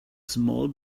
small